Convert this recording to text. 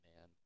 man